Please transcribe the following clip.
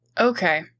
Okay